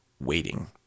waiting